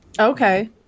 Okay